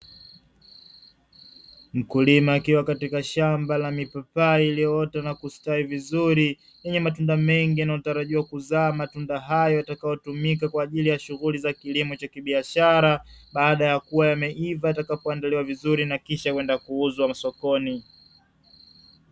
Mkulima akiwa katika shamba la mipapai iliyoota na kustawi vizuri yenye matunda mengi yanayotarajiwa kuzaa matunda hayo yatakayotumika kwa ajili ya shughuli za kilimo cha kibiashara baada ya kuwa yameiva atakapoandaliwa vizuri na kisha kwenda kuuzwa msokoni.